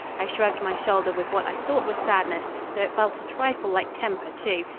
i shrugged my shoulder with what i thought was sadness, though it felt a trifle like temper, too,